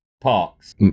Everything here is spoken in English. Parks